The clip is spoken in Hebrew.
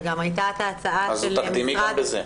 וגם הייתה את ההצעה של המשרד --- אז זה תקדימי גם בזה.